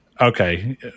Okay